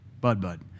bud-bud